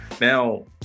Now